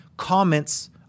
Comments